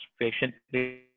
patiently